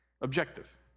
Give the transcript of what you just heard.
Objective